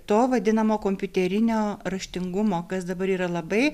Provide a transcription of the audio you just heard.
to vadinamo kompiuterinio raštingumo kas dabar yra labai